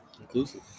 inclusive